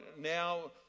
now